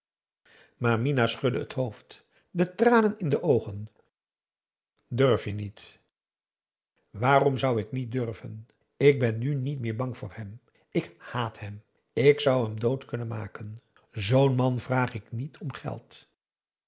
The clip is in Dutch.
maar minah schudde het hoofd de tranen in de oogen durf je niet waarom zou ik niet durven ik ben nu niet meer bang voor hem ik haat hem ik zou hem dood kunnen maken zoo'n man vraag ik niet om geld